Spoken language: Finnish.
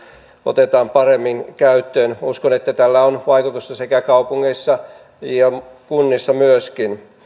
otetaan paremmin käyttöön uskon että tällä on vaikutusta kaupungeissa ja kunnissa myöskin